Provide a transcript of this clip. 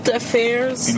affairs